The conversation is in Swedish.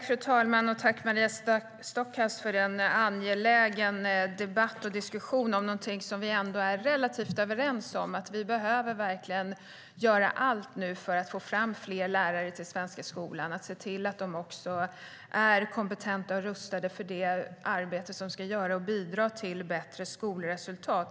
Fru talman! Jag tackar Maria Stockhaus för en angelägen debatt och diskussion om någonting som vi ändå är relativt överens om: Vi behöver verkligen göra allt nu för att få fram fler lärare till den svenska skolan och för att se till att de är kompetenta och rustade för det arbete som ska göras och för att bidra till bättre skolresultat.